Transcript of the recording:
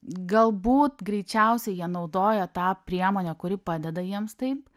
galbūt greičiausiai jie naudoja tą priemonę kuri padeda jiems taip